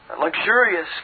luxurious